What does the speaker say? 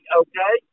okay